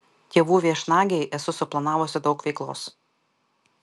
tėvų viešnagei esu suplanavusi daug veiklos